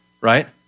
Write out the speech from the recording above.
right